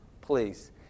please